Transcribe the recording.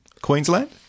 Queensland